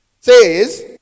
says